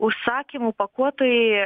užsakymų pakuotojai